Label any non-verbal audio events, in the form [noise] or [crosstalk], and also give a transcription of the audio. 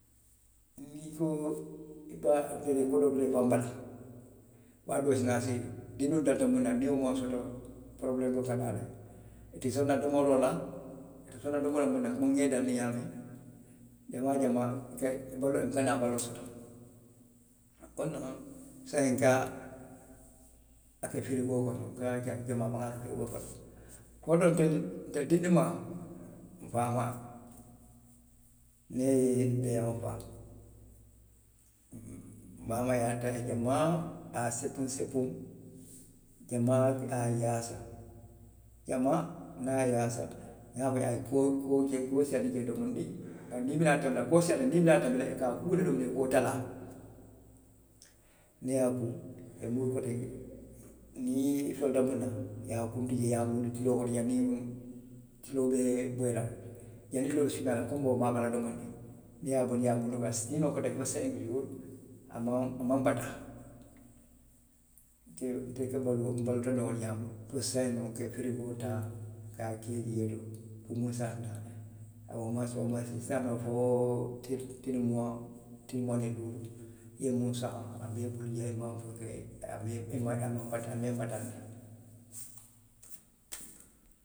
Ninsoo, i taa. niŋ kodoo te ifaŋ bala. waatoo si naa sii dindiŋo dalita muŋ na. niŋ wo maŋ wo soto porobuleemoo ka naa le. Ite soŋ na domoroo la. nte soŋ na domoroo la ki nŋa i dalindi ňaamiŋ. jamaa jamaa. e i ka naa maloo soto; saayiŋ nka ka ke firigoo kono. nka a jamaa baa le ke firigoo kono. Kodoo de, ntelu dindinmaa, nfaamaa. niŋ i ye beeyaŋo faa. nbaamaa ye a [unintelligible] a ye a seppuŋ seppuŋ. janniŋ a ka a yaasa. Jamaa niŋ a ye a yaasa, niŋ a ye bandi, a ye koo, koo ke, koo ye, koo siiyaandi jee domondiŋ. Bari niŋ i bi naa tabi la. koo siiyaata jee, bari niŋ i bi naa a tabi la. i ka a kuu le domondiŋ, koo ye talaa. niŋ i ye a kuu, i ye muruu koteŋ. niŋ i soolata muŋ na. i ye a kuntu jee, i ye a muruundi tiloo koto janniŋ. tiloo mu, tiloo be boyi la. janniŋ tiloo be sumuyaa, konboo be a maa la domondiŋ. niŋ i ye a bondi, i ye a muruundi, a si sii noo le koteke fo senki suuri. A maŋ, a maŋ bataa. Nte, ntelu, nbaluuta nuŋ wo le ňaama. Fo saayiŋ noŋ nka firigoolu taa ka a ki jee to puru muŋ se a tinna oo moyensi i se a mara noo fo tili, tili muwaŋ. tili muwaŋ niŋ luulu. I ye muŋ saŋ, a be i bulu jee, [unintelligible] a maŋ i bataandi.